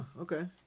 okay